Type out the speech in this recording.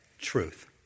truth